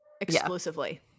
exclusively